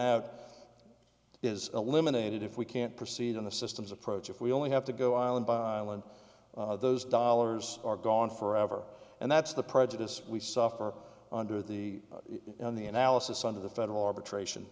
out is eliminated if we can't proceed on the system's approach if we only have to go out and buy those dollars are gone forever and that's the prejudice we suffer under the on the analysis of the federal arbitration